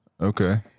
okay